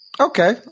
Okay